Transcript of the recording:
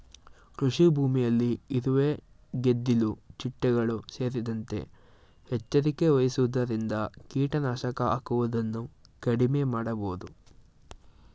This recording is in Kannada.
ಕೃಷಿಭೂಮಿಯಲ್ಲಿ ಇರುವೆ, ಗೆದ್ದಿಲು ಚಿಟ್ಟೆಗಳು ಸೇರಿದಂತೆ ಎಚ್ಚರಿಕೆ ವಹಿಸುವುದರಿಂದ ಕೀಟನಾಶಕ ಹಾಕುವುದನ್ನು ಕಡಿಮೆ ಮಾಡಬೋದು